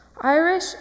Irish